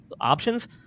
options